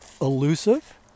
elusive